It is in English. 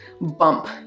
bump